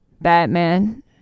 Batman